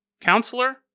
Counselor